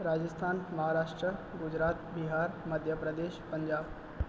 Rajasthan Maharashtra Gujarat Bihar Madhya Pradesh Punjab